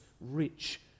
rich